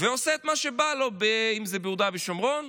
ועושה את מה שבא לו, אם זה ביהודה ושומרון,